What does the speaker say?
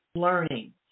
learning